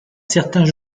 certains